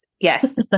Yes